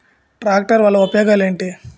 Tractor వల్ల ఉపయోగాలు ఏంటీ?